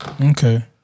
Okay